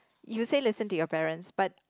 you say listen to your parents but